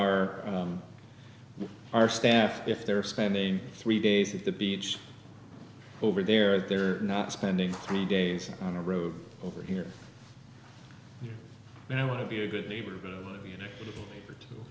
on our staff if they're spending three days at the beach over there they're not spending three days on a road over here and i want to be a good neighbor